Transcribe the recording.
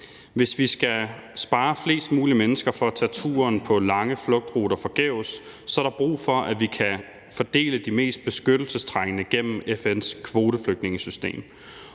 Hvis vi skal spare flest mulige mennesker for at tage turen på lange flugtruter forgæves, er der brug for, at vi kan fordele de mest beskyttelsestrængende gennem FN's kvoteflygtningesystem.